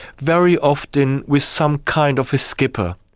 very often with some kind of a skipper.